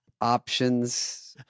options